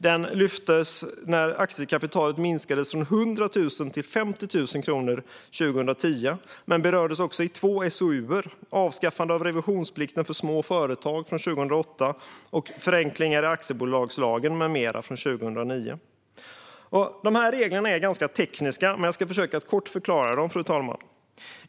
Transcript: Den lyftes upp när aktiekapitalet minskades från 100 000 kronor till 50 000 kronor 2010 men berördes också i två SOU:er med titlarna Avskaffande av revisionsplikten för små företag från 2008 och Förenklingar i aktiebolagslagen m.m. från 2009. Reglerna är ganska tekniska, men jag ska försöka att kort förklara dem, fru talman.